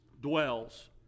dwells